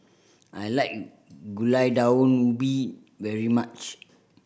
I like Gulai Daun Ubi very much